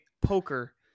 poker